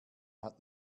hat